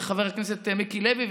וחבר הכנסת מיקי לוי,